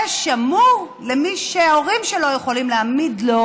זה שמור למי שההורים שלו יכולים להעמיד לו